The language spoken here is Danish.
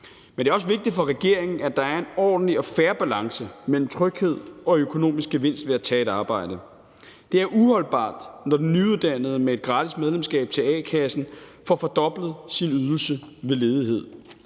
Men det er også vigtigt for regeringen, at der er en ordentlig og fair balance mellem trygheden og den økonomiske gevinst ved at tage et arbejde. Det er uholdbart, når den nyuddannede med et gratis medlemskab til a-kassen får fordoblet sin ydelse ved ledighed,